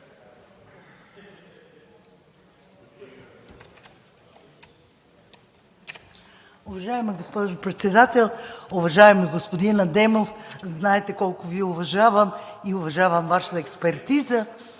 Уважаема госпожо Председател! Уважаеми господин Адемов, знаете колко Ви уважавам и уважавам Вашата експертиза,